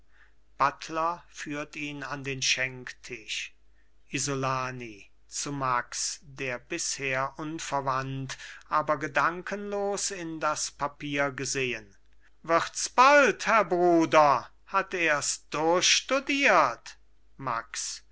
buttler führt ihn an den schenktisch isolani zu max der bisher unverwand aber gedankenlos in das papier gesehen wirds bald herr bruder hat ers durchstudiert max